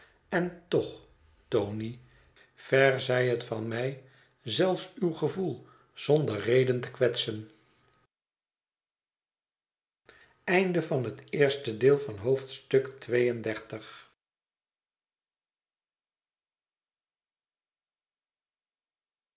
en toch tony ver zij het van mij zelfs uw gevoel zonder reden te kwetsen